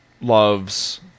loves